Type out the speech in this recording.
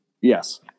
Yes